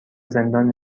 زندان